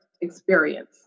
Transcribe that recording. experience